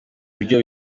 buryo